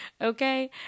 Okay